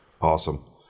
Awesome